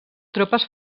tropes